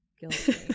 guilty